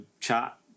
chat